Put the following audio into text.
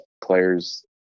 players